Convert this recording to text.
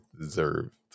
deserved